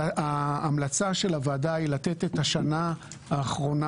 ההמלצה של הוועדה היא לתת את השנה האחרונה,